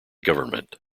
government